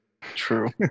True